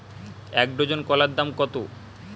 এক ডজন কলার দাম কত?